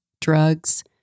drugs